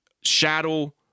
shadow